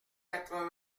quatre